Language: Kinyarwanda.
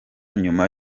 nyuma